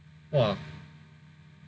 !wah!